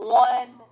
one